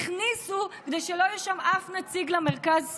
הכניסו אותו כדי שלא יהיה שם אף נציג למרכז-שמאל.